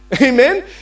Amen